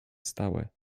stałe